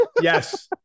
Yes